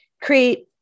create